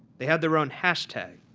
they have their own hashtag.